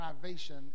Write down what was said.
privation